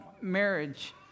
marriage